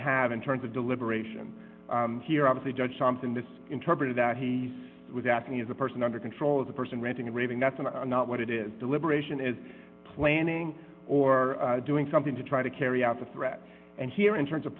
have in terms of deliberation here obviously judge thompson this interpreted that he was acting as a person under control of the person ranting and raving that's not what it is deliberation is planning or doing something to try to carry out the threat and here in terms of